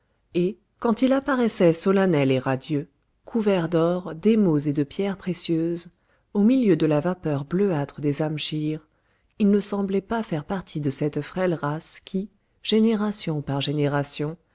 et quand il apparaissait solennel et radieux couvert d'or d'émaux et de pierres précieuses au milieu de la vapeur bleuâtre des amschirs il ne semblait pas faire partie de cette frêle race qui génération par génération